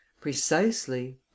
precisely